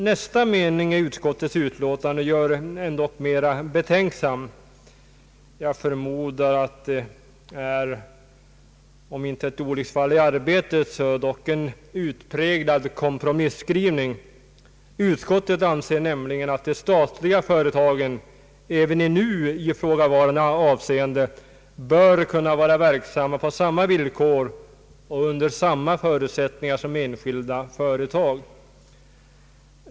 Nästa mening i utskottsutlåtandet gör en emellertid mer betänksam. Jag förmodar att det är om inte ett olycksfall i arbete så dock en utpräglad kompromisskrivning. Utskottet skriver nämligen att det anser att de statliga företagen även i nu ifrågavarande avseende bör kunna vara verksamma på samma villkor och under samma förutsättningar som enskilda företag.